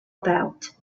about